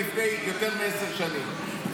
לפני יותר מעשר שנים.